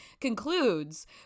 concludes